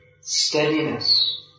steadiness